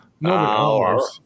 No